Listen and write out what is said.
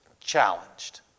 challenged